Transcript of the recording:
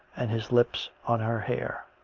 and his lips on her hair.